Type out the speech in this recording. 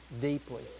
deeply